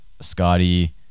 Scotty